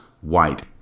white